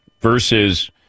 versus